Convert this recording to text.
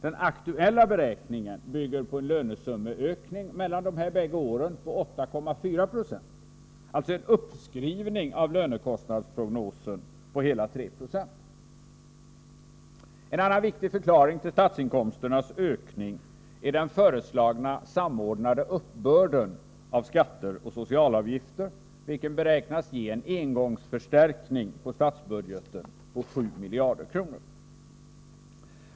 Den aktuella beräkningen bygger på en lönesummeökning mellan dessa bägge år på 8,4 96, alltså en uppskrivning av lönekostnadsprognosen på hela 3 96. En annan viktig förklaring till statsinkomsternas ökning är den föreslagna samordnade uppbörden av skatter och socialavgifter, vilken beräknas ge en engångsförstärkning av statsbudgeten på 7 miljarder kronor.